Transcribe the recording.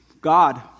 God